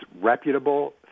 reputable